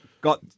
got